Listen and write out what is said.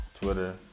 Twitter